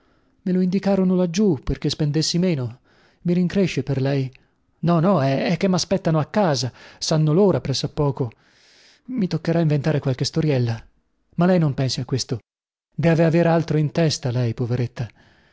me lo indicarono laggiù perchè spendessi meno mi rincresce per lei no no è che maspettano a casa sanno lora pressa poco mi toccherà inventare qualche storiella ma lei non pensi a questo deve aver altro in testa lei poveretta